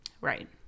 Right